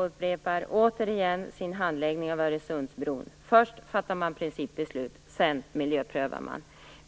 upprepar sin handläggning av Öresundsbron: Först fattar man principbeslut, sedan miljöprövar man.